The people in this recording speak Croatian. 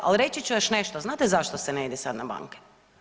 Ali reći ću još nešto, znate zašto se ne ide sad na banke?